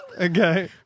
Okay